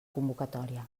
convocatòria